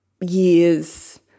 years